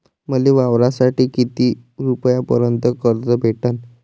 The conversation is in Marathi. मले वावरासाठी किती रुपयापर्यंत कर्ज भेटन?